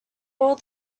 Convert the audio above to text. all